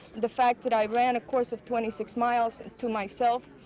the fact that i ran a course of twenty six miles, to myself,